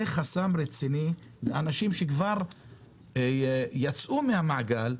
זה חסם רציני לאנשים שכבר יצאו מן המעגל,